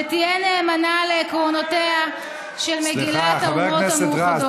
ותהיה נאמנה לעקרונותיה של מגילת האומות המאוחדות."